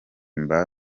mba